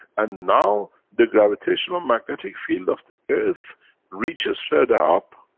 and now, the gravitational-magnetic field of the earth reaches further up,